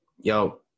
yo